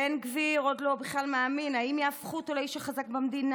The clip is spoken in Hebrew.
בן גביר בכלל עוד לא מאמין אם יהפכו אותו לאיש החזק במדינה,